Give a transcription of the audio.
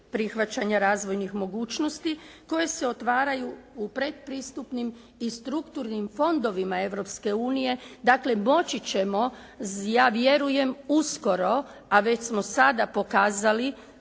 prihvaćanja razvojnih mogućnosti koje se otvaraju u predpristupnim i strukturnim fondovima Europske unije, dakle moći ćemo ja vjerujem uskoro, a već smo sada pokazali